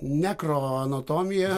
nekro anatomija